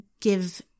give